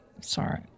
Sorry